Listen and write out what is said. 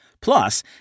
Plus